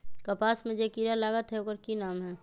कपास में जे किरा लागत है ओकर कि नाम है?